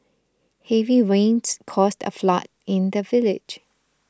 heavy rains caused a flood in the village